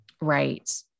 right